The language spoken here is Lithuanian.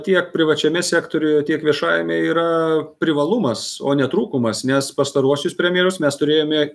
tiek privačiame sektoriuje tiek viešajame yra privalumas o ne trūkumas nes pastaruosius premjerus mes turėjome